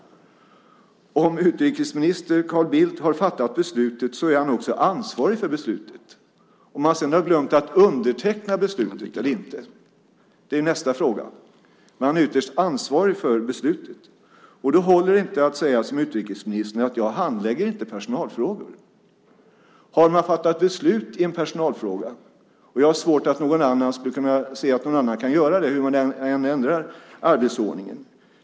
Om utrikesminister Carl Bildt har fattat beslutet är han också ansvarig för beslutet. Om han sedan har glömt att underteckna beslutet eller inte är nästa fråga, men ytterst är han ansvarig för beslutet. Då håller det inte att, som utrikesministern gör, säga: Jag handlägger inte personalfrågor. Har man fattat beslut i en personalfråga, så har man. Jag har svårt att se att någon annan kan göra det hur man än ändrar arbetsordningen.